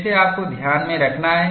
जिसे आपको ध्यान में रखना है